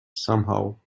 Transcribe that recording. somehow